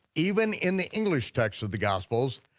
even in the english text of the gospels,